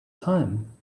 time